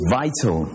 vital